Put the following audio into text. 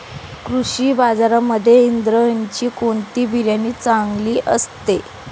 कृषी बाजारांमध्ये इंद्रायणीचे कोणते बियाणे चांगले असते?